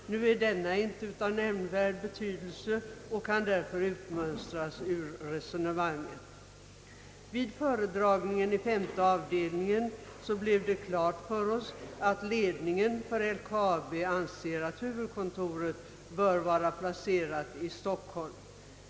Nu är den frågan inte av nämnvärd betydelse och kan därför utmönstras ur resonemanget. Vid föredragningen i femte avdelningen blev det klart för oss, att ledningen för LKAB anser, att huvudkontoret bör vara placerat i Stockholm.